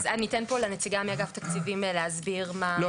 כן היה דגש לדעתי בזמנו שלא יינתן פיצוי.